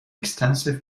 extensive